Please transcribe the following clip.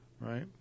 right